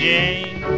Jane